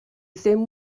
ddim